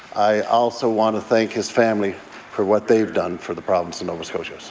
i also want to thank his family for what they've done for the province of nova scotia. so